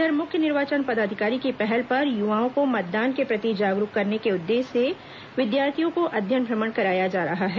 इधर मुख्य निर्वाचन पदाधिकारी की पहल पर युवाओं को मतदान के प्रति जागरूक करने के उद्देश्य से विद्यार्थियों को अध्ययन भ्रमण कराया जा रहा है